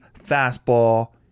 fastball